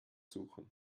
suchen